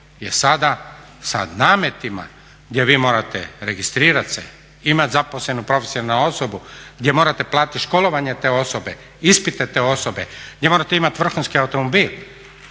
sada sa nametima gdje vi morate registrirati se, imati zaposlenu profesionalnu osobu, gdje morate platiti školovanje te osobe, ispite te osobe, gdje morate imati vrhunski automobil